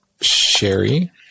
Sherry